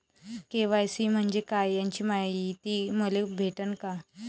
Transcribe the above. KYC म्हंजे काय याची मायती मले भेटन का?